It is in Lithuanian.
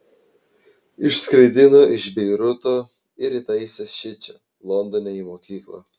išskraidino iš beiruto ir įtaisė šičia londone į mokyklą